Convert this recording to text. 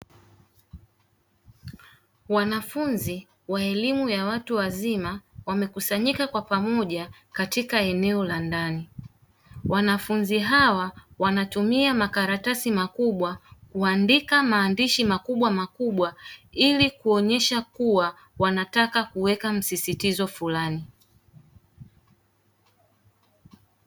Wanafunzi wa elimu ya watu wazima wamekusanyika kwa pamoja katika eneo la ndani, Wanafunzi hawa wanatumia makaratasi makubwa kuandika maandishi makubwa makubwa ili kuonyesha kuwa wanataka kuweka msisitizo fulani.